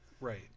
Right